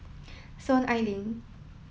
Soon Ai Ling